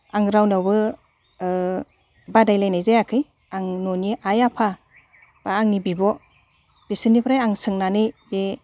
आं रावनावबो बादायलायनाय जायाखै आं न'नि आइ आफा बा आंनि बिब' बिसोरनिफ्राय आं सोंनानै बे